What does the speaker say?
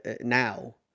now